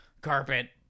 carpet